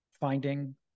finding